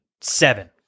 seven